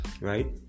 Right